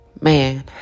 Man